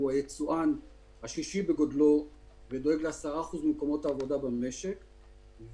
הוא היצואן השלישי בגודלו ודואג ל-10% ממקומות העבודה במשק,